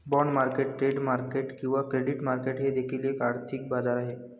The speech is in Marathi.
बाँड मार्केट डेट मार्केट किंवा क्रेडिट मार्केट हे देखील एक आर्थिक बाजार आहे